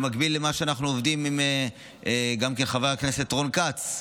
במקביל למה שאנחנו עובדים עליו עם חבר הכנסת רון כץ,